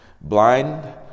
blind